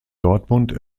dortmund